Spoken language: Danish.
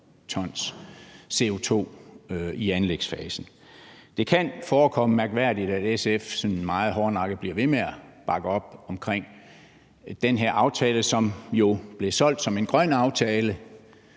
t CO2 i anlægsfasen. Det kan forekomme mærkværdigt, at SF sådan meget hårdnakket bliver ved med at bakke op om den her aftale, som jo blev solgt som en grøn aftale,